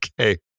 Okay